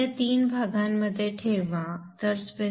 तर या 3 भागांमध्ये ठेवा